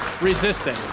resisting